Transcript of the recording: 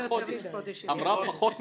עבד אל חכים חאג' יחיא (הרשימה המשותפת): אמרה פחות מחודש.